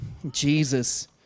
Jesus